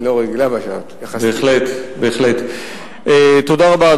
שהיא לא רגילה יחסית, בהחלט, בהחלט, תודה רבה.